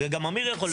גם אמיר יכול לציין.